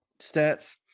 stats